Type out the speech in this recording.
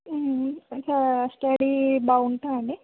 ఇలా స్టడీ బాగుంటుందా అండి